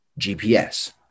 GPS